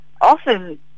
often